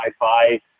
Wi-Fi